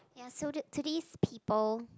you're soldered to these people